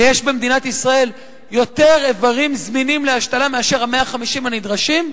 ויש במדינת ישראל יותר איברים זמינים להשתלה מאשר ה-150 הנדרשים,